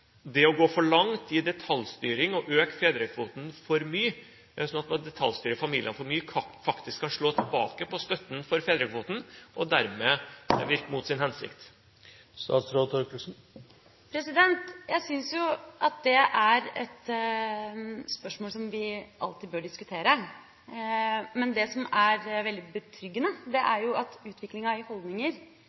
det å gå for langt i detaljstyring og å øke fedrekvoten for mye, sånn at en detaljstyrer familiene for mye, faktisk kan slå tilbake på støtten til fedrekvoten og dermed virke mot sin hensikt? Jeg syns at det er et spørsmål som vi alltid bør diskutere. Men det som er veldig betryggende, er at utviklinga i holdninger